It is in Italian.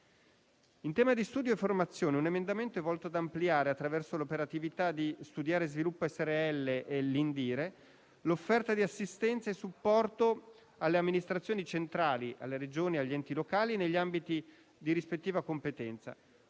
In tema di studio e formazione, un emendamento è volto ad ampliare, attraverso l'operatività di Studiare Sviluppo Srl e di INDIRE, l'offerta di assistenza e supporto alle amministrazioni centrali, alle Regioni e agli enti locali negli ambiti di rispettiva competenza.